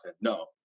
no